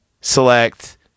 select